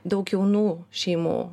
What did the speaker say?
daug jaunų šeimų